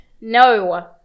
no